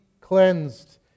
cleansed